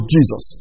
Jesus